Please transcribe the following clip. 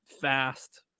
fast